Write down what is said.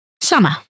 summer